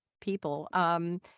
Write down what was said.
people